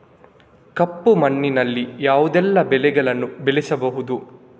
ಕಪ್ಪು ಮಣ್ಣಿನಲ್ಲಿ ಯಾವುದೆಲ್ಲ ಬೆಳೆಗಳನ್ನು ಬೆಳೆಸಬಹುದು?